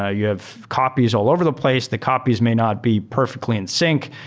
ah you have copies all over the place. the copies may not be perfectly in-sync.